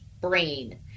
brain